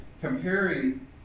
comparing